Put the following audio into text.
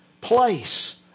place